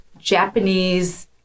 Japanese